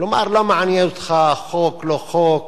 כלומר, לא מעניין אותך חוק לא חוק,